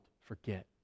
forget